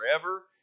forever